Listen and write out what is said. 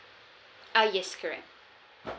uh yes correct